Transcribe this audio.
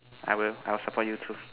I will I will support you too